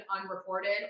unreported